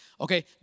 Okay